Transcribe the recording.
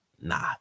nah